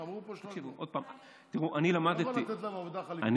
אמרו פה 300. אתה יכול לתת לנו עובדה חליפית,